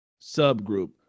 subgroup